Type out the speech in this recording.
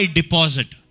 deposit